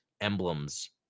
emblems